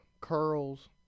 curls